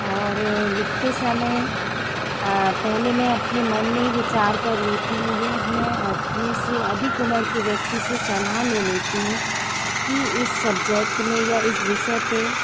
और लिखते समय पहले मैं अपने मन में विचार कर लेती हूँ यह अब मैं अपने से अधिक उम्र के व्यक्ति से सलाह ले लेती हूँ कि इस सब्जेक्ट में या इस विषय पे